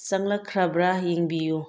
ꯆꯪꯂꯛꯈ꯭ꯔꯕ ꯌꯦꯡꯕꯤꯌꯨ